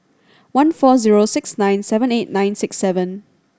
one four zero six nine seven eight nine six seven